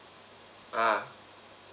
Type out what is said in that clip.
ah